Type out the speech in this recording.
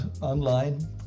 online